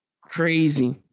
Crazy